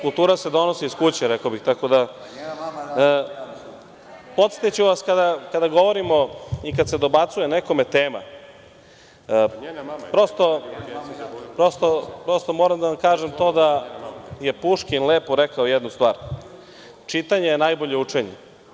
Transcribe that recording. Kultura se donosi iz kuće, rekao bih. (Ana Stevanović: Držite se teme.) Podsetiću vas, kada govorimo i kada se dobacuje nekome – tema, prosto moram da vam kažem da je Puškin lepo rekao jednu stvar: „Čitanje je najbolje učenje“